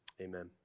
Amen